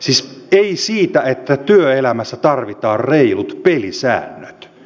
noh ei siitä että työelämässä tarvitaan reilut pelisäännöt